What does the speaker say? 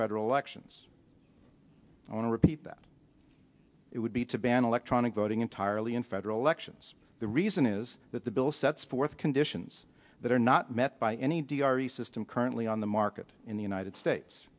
federal elections i want to repeat that it would be to ban electronic voting entirely in federal elections the reason is that the bill sets forth conditions that are not met by any d r s system currently on the market in the united states